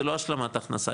זה לא השלמת הכנסה,